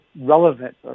relevant